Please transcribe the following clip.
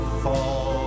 fall